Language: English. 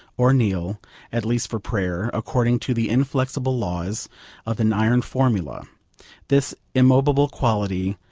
or kneel at least for prayer, according to the inflexible laws of an iron formula this immobile quality,